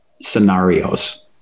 scenarios